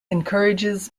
encourages